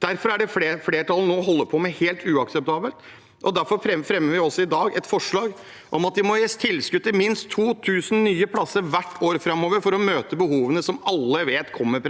Derfor er det som flertallet nå holder på med, helt uakseptabelt, og derfor fremmer vi også i dag et forslag om at det må gis tilskudd til minst 2 000 nye plasser hvert år framover for å møte behovene alle vet kommer.